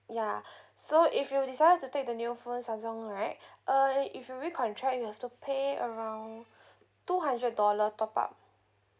ya so if you decided to take the new phone Samsung right uh if you recontract you'll have to pay around two hundred dollar top up